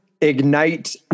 ignite